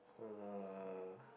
uh